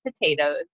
potatoes